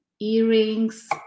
earrings